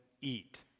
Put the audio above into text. eat